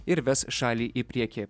ir ves šalį į priekį